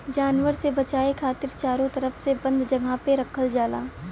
जानवर से बचाये खातिर चारो तरफ से बंद जगह पे रखल जाला